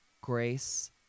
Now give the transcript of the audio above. grace